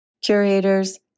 curators